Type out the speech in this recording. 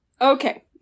Okay